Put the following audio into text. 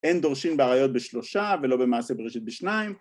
‫אין דורשין בעריות בשלושה ‫ולא במעשה בראשית בשניים.